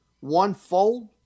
one-fold